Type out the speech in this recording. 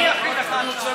אני אכין לך הצעת חוק,